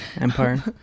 Empire